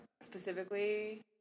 specifically